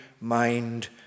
mind